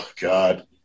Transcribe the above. God